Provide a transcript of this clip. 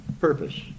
purpose